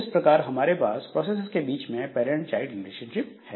इस प्रकार हमारे पास प्रोसेसेस के बीच में पैरंट चाइल्ड रिलेशनशिप है